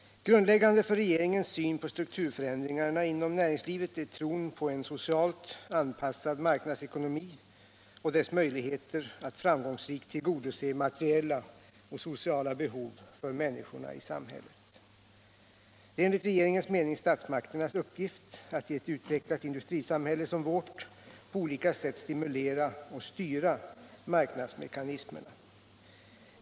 Grundläggande för regeringens syn på strukturförändringarna inom näringslivet är tron på en socialt anpassad marknadsekonomi och dess möjligheter att framgångsrikt tillgodose materiella och sociala behov för människorna i samhället. Det är enligt regeringens mening statsmakternas uppgift att i ett utvecklat industrisamhälle som vårt på olika sätt stimulera och styra marknadsmekanismerna.